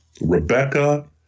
Rebecca